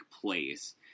place